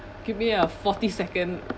give me a forty second